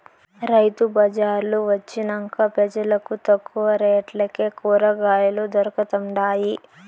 రైతు బళార్లు వొచ్చినంక పెజలకు తక్కువ రేట్లకే కూరకాయలు దొరకతండాయి